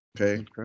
Okay